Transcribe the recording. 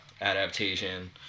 adaptation